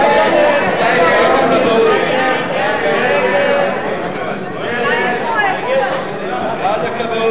ההסתייגות של קבוצת סיעת קדימה של חברת הכנסת